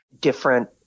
different